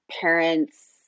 parents